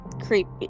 creepy